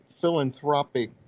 philanthropic